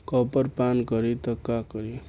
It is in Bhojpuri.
कॉपर पान करी त का करी?